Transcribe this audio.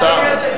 בכלל.